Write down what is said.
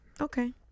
Okay